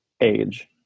age